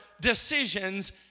decisions